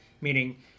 meaning